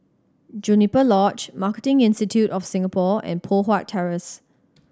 Juniper Lodge Marketing Institute of Singapore and Poh Huat Terrace